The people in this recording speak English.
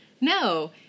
No